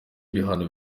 ibihano